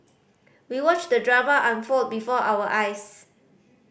we watched the drama unfold before our eyes